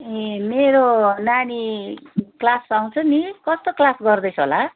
ए मेरो नानी क्लास आउँछ नि कस्तो क्लास गर्दैछ होला